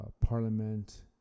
parliament